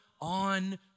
on